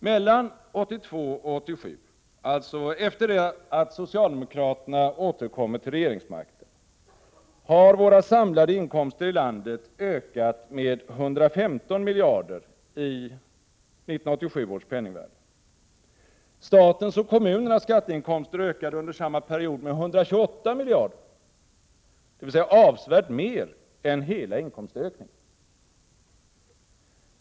Mellan 1982 och 1987, alltså efter det att socialdemokraterna återkommit till regeringsmakten, har våra samlade inkomster i landet ökat med 115 miljarder i 1987 års penningvärde. Statens och kommunernas skatteinkomster ökade under samma period med 128 miljarder, dvs. avsevärt mer än hela inkomstökningen.